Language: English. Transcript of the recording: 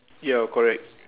ya correct